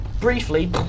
briefly